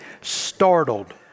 startled